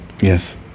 Yes